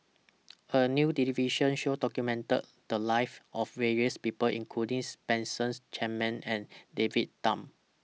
A New television Show documented The Lives of various People includings Spencer Chapman and David Tham